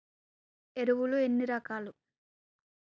ఎరువులు ఎన్ని రకాలు?